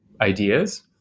ideas